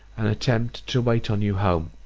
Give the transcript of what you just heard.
and attempt to wait on you home.